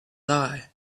lie